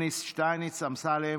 אופיר אקוניס, יובל שטייניץ, דוד אמסלם,